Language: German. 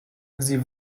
sie